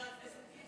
חבר הכנסת גליק,